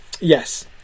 Yes